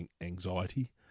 anxiety